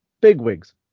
bigwigs